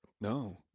No